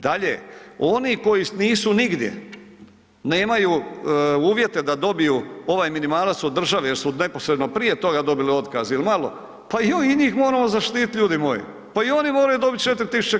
Dalje, oni koji nisu nigdje, nemaju uvjete da dobiju ovaj minimalac od države jer su neposredno prije toga dobili otkaz jel malo, pa i njih moramo zaštitit ljudi moji, pa i oni moraju dobit 4.000,00 kn.